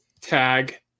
Tag